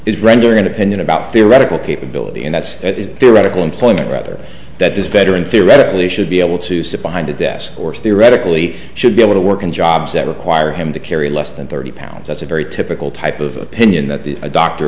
render an opinion about theoretical capability in that it is theoretically employment rather that this veteran theoretically should be able to sit behind a desk or theoretically should be able to work in jobs that require him to carry less than thirty pounds that's a very typical type of opinion that the doctor